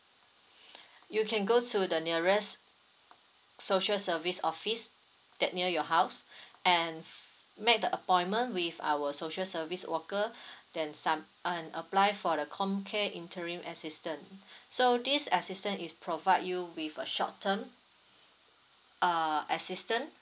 you can go to the nearest social service office that near your house and make the appointment with our social service worker then some and apply for the comm care interim assistance so this assistance is provide you with a short term uh assistance